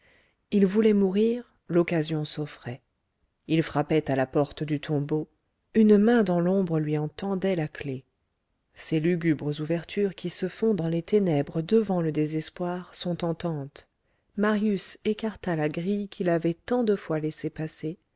il voulait mourir l'occasion s'offrait il frappait à la porte du tombeau une main dans l'ombre lui en tendait la clef ces lugubres ouvertures qui se font dans les ténèbres devant le désespoir sont tentantes marius écarta la grille qui l'avait tant de fois laissé passer